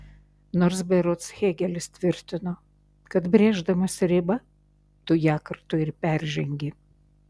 nors berods hėgelis tvirtino kad brėždamas ribą tu ją kartu ir peržengi